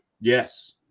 Yes